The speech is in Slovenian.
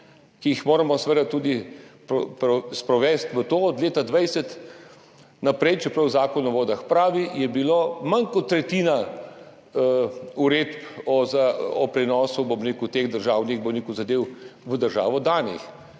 ki jih moramo seveda tudi sprovesti v to od leta 2020 naprej, čeprav Zakon o vodah pravi, je bila manj kot tretjina uredb o prenosu, bom rekel, teh državnih zadev v državo danih.